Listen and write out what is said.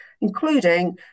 including